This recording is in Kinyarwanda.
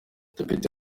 depite